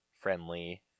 Friendly